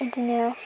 बिदिनो